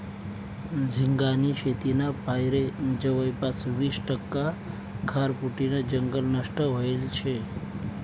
झिंगानी शेतीना पायरे जवयपास वीस टक्का खारफुटीनं जंगल नष्ट व्हयेल शे